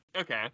okay